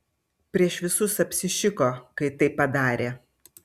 prieš visus apsišiko kai taip padarė